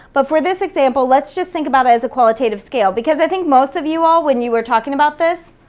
but for this example, let's just think about it as a qualitative scale because i think most of you all, when you were talking about this,